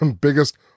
biggest